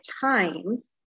times